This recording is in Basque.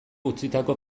utzitako